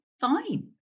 fine